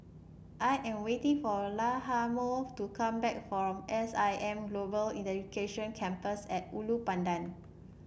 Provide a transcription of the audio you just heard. I am waiting for Lahoma to come back from S I M Global Education Campus at Ulu Pandan